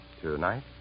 Tonight